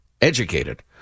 educated